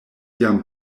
jam